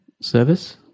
service